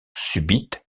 subite